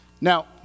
Now